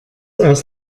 aus